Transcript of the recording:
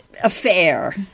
affair